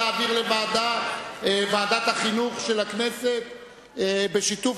בעד להעביר לוועדת החינוך של הכנסת בשיתוף,